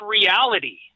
reality